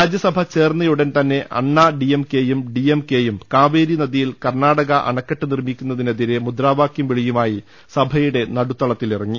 രാജ്യസഭ ചേർന്നയുടൻ തന്നെ അണ്ണാ D M കെയുംഡി M K യും കാവേരി നദിയിൽ കർണാടക അണ ക്കെട്ട് നിർമ്മിക്കുന്നതിനെതിരെ മുദ്രാവാകൃം വിളിയുമായി സഭ യുടെ നടുത്തളത്തിലിറങ്ങി